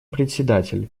председатель